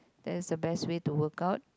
that's the best way to work out